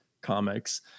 comics